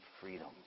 freedom